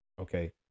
Okay